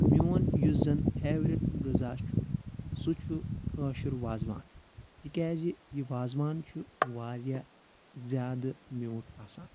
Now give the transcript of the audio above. میون یُس زَن فیٚورِٹ غٕذا چھُ سُہ چھُ کٲشُر وازوان تِکیازِ یہِ وازوان چھُ واریاہ زیادٕ میوٗٹھ آسان